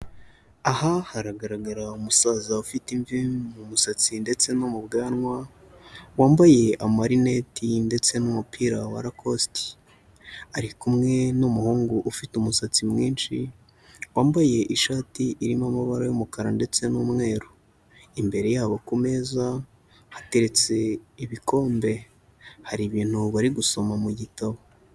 Aha, haragaragara umusaza ufite imvi mu musatsi ndetse no mu bwanwa, wambaye amarineti ndetse n'umupira wa rakosite. Ari kumwe n'umuhungu ufite umusatsi mwinshi, wambaye ishati irimo amabara y'umukara ndetse n'umweru. Imbere yabo ku meza hateretse ibikombe. Hari ibintu bari gusoma mu gitabo.